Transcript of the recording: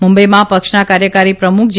મુંબઇમાં પક્ષના કાર્યકારી પ્રમુખ જે